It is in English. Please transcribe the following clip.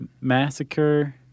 Massacre